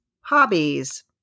hobbies